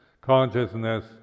Consciousness